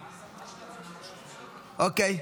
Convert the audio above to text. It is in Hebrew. אוקיי.